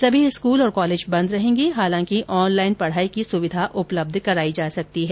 सभी स्कूल और कॉलेज बंद रहेंगे हालांकि ऑन लाईन पढाई की सुविधा उपलब्ध करायी जा सकती है